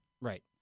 Right